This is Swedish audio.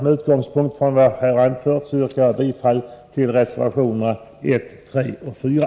Med utgångspunkt i vad jag nu anfört yrkar jag bifall till reservationerna 1, 3 och 4.